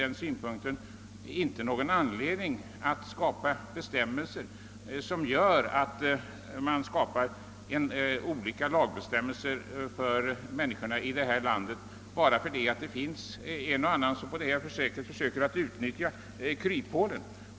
Det finns inte någon anledning att skapa olika bestämmelser för människorna i detta land bara för att det finns en och annan som på detta sätt försöker utnyttja kryphålen.